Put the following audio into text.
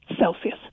Celsius